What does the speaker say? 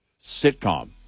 sitcom